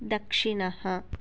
दक्षिणः